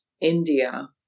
India